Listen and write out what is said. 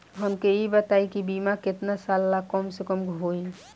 हमके ई बताई कि बीमा केतना साल ला कम से कम होई?